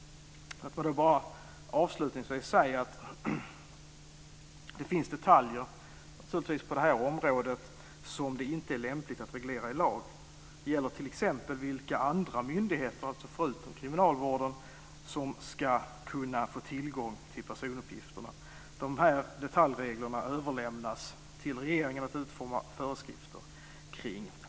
Låt mig bara avslutningsvis säga att det naturligtvis finns detaljer på det här området som det inte är lämpligt att reglera i lag. Det gäller t.ex. vilka andra myndigheter, alltså förutom när det gäller kriminalvården, som ska kunna få tillgång till personuppgifterna. De detaljreglerna överlämnas till regeringen att utforma föreskrifter kring.